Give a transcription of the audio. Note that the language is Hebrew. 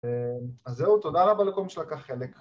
‫אז זהו, תודה רבה לכל מי שלקח חלק